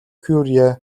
кюре